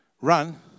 run